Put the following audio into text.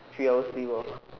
three hours sleep loh